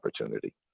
opportunity